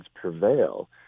prevail